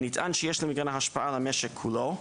נטען שיש למיגרנה השפעה על המשק כולו.